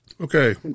Okay